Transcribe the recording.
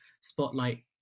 spotlight